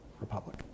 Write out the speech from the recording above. republic